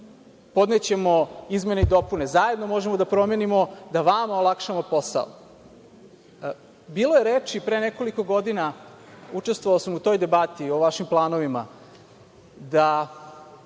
podnećemo izmene i dopune, zajedno možemo da promenimo, da vama olakšamo posao. Bilo je reči pre nekoliko godina, učestvovao sam u toj debati o vašim planovima da